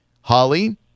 Holly